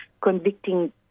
convicting